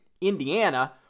Indiana